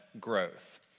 growth